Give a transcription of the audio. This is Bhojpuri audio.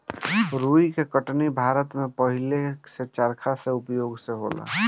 रुई के कटनी भारत में पहिलेही से चरखा के उपयोग से होला